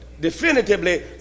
definitively